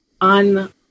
on